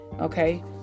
okay